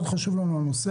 מאוד חשוב לנו הנושא